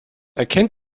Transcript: erkennt